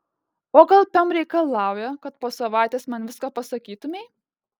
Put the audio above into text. o gal pem reikalauja kad po savaitės man viską pasakytumei